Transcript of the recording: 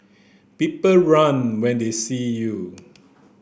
people run when they see you